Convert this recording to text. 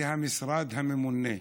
זה המשרד הממונה.